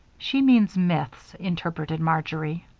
she means myths, interpreted marjory.